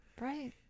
right